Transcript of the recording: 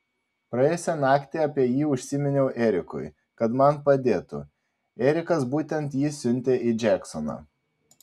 praėjusią naktį apie jį užsiminiau erikui kad man padėtų erikas būtent jį siuntė į džeksoną